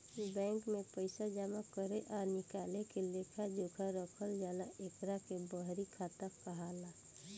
bank में पइसा जामा करे आ निकाले के लेखा जोखा रखल जाला एकरा के बही खाता कहाला